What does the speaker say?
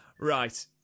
Right